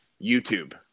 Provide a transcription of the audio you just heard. YouTube